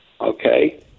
Okay